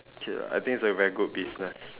okay lah I think it's a very good business